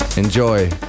Enjoy